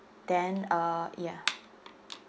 then uh ya